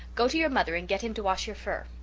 go to your mother and get him to wash your fur.